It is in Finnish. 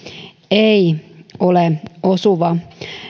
ei ole osuva